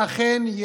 ואכן,